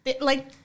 Like-